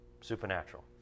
supernatural